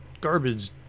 garbage